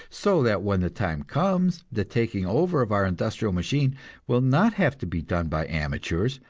so that when the time comes the taking over of our industrial machine will not have to be done by amateurs,